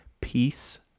Peace